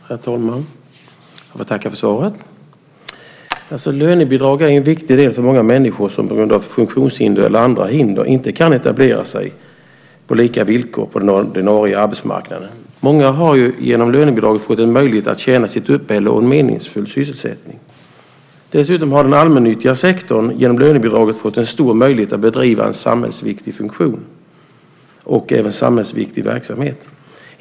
Herr talman! Jag får tacka för svaret. Lönebidrag är en viktig del för många människor som på grund av funktionshinder eller andra hinder inte kan etablera sig på lika villkor på den ordinarie arbetsmarknaden. Många har genom lönebidraget fått en möjlighet att tjäna sitt uppehälle och en meningsfull sysselsättning. Dessutom har den allmännyttiga sektorn genom lönebidraget fått en stor möjlighet att ha en samhällsviktig funktion och även bedriva samhällsviktig verksamhet.